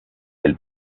elle